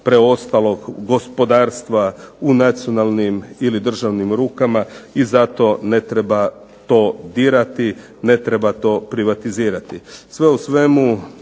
preostalog gospodarstva u nacionalnim ili državnim rukama, i zato ne treba to dirati, ne treba to privatizirati. Sve u svemu